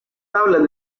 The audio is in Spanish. tablas